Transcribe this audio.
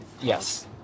Yes